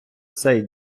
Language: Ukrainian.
цей